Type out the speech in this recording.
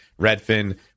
Redfin